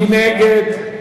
מי נגד?